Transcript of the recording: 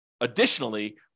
additionally